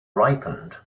ripened